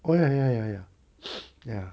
oh ya ya ya ya ya